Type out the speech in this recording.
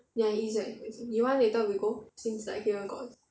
ya it's very expensive you want later we go since like here got